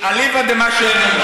אליבא דמה שהם אומרים.